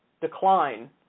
decline